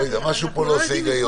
משהו פה לא עושה היגיון.